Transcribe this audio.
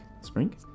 spring